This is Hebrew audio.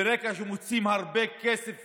ברגע שמוציאים הרבה כסף